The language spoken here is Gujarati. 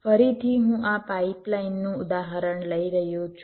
ફરીથી હું આ પાઇપલાઇનનું ઉદાહરણ લઈ રહ્યો છું